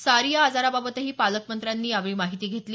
सारी या आजाराबाबतही पालकमंत्र्यांनी यावेळी माहिती घेतली